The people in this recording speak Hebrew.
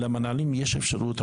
למנהלים יש אפשרות.